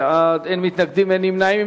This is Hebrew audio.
12 בעד, אין מתנגדים ואין נמנעים.